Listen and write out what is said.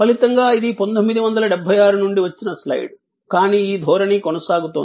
ఫలితంగా ఇది 1976 నుండి వచ్చిన స్లైడ్ కానీ ఈ ధోరణి కొనసాగుతోంది